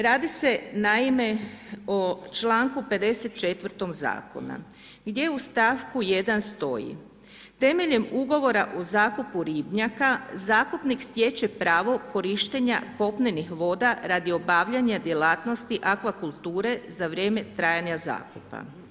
Radi se naime o članku 54. zakona gdje u stavku 1. stoji – Temeljem ugovora o zakupu ribnjaka zakupnik stječe pravo korištenja kopnenih voda radi obavljanja djelatnosti akvakulture za vrijeme trajanja zakupa.